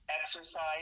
Exercise